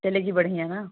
चलेगी बढ़िया ना